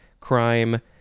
Crime